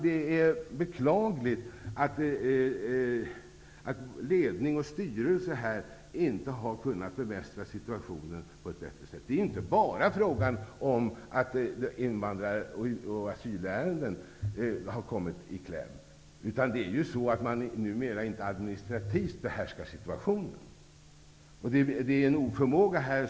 Det är beklagligt att ledning och styrelse inte har kunnat bemästra situationen på ett bättre sätt. Det är inte bara invandrar och asylärenden som har kommit i kläm. Numera behärskar man ju inte situationen administrativt. Det finns en allvarlig oförmåga här.